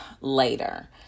later